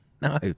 No